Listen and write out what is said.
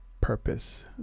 purpose